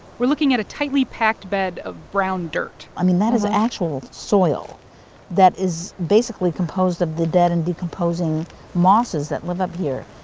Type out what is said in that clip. we're looking at a tightly packed bed of brown dirt i mean, that is the actual soil that is basically composed of the dead and decomposing mosses that live up here.